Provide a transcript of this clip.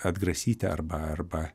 atgrasyti arba arba